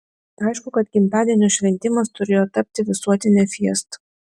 aišku kad gimtadienio šventimas turėjo tapti visuotine fiesta